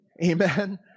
Amen